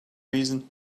reason